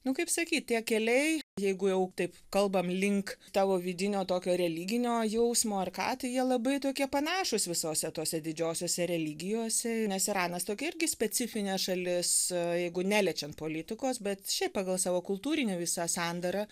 nu kaip sakyt tie keliai jeigu jau taip kalbam link tavo vidinio tokio religinio jausmo ar ką tai jie labai tokie panašūs visose tose didžiosiose religijose nes iranas tokia irgi specifinė šalis jeigu neliečiant politikos bet šiaip pagal savo kultūriniį visą sandarą